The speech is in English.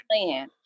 plan